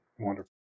Wonderful